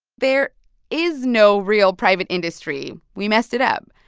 there is no real private industry. we messed it up.